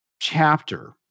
Chapter